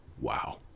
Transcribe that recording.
Wow